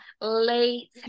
late